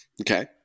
Okay